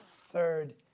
third